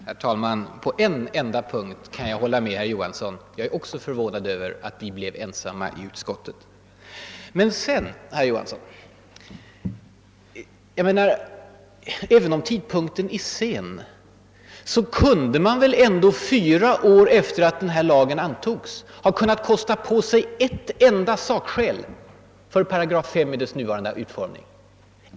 Herr talman! På en enda punkt kan jag hålla med herr Johansson i Trollhättan; jag är också förvånad över att folkpartisterna blev ensamma i utskottet om en reservation. Även om timmen är sen kunde man väl ändå fyra år efter det att denna lag antogs kosta på sig ett enda sakskäl för § 5 i dess nuvarande utformning.